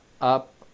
Up